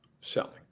Selling